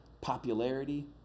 popularity